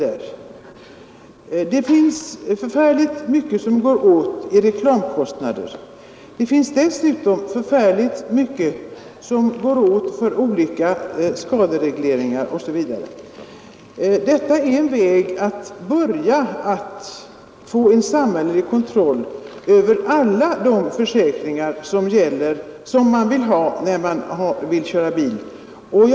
Stora summor pengar går åt till reklamkostnader. Dessutom går förfärligt mycket åt till olika skaderegleringar osv. Vårt förslag i dag är en väg som man kan börja gå för att få en samhällelig kontroll över alla försäkringar som har samband med bilkörning.